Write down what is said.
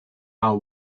are